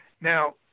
Now